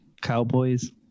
cowboys